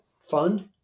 fund